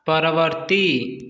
ପରବର୍ତ୍ତୀ